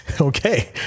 Okay